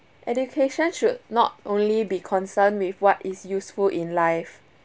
education should not only be concern with what is useful in life